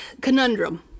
conundrum